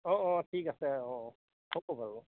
অঁ অঁ ঠিক আছে অঁ হ'ব বাৰু